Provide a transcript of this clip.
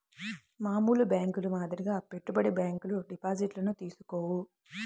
మామూలు బ్యేంకుల మాదిరిగా పెట్టుబడి బ్యాంకులు డిపాజిట్లను తీసుకోవు